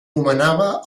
nomenava